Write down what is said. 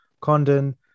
Condon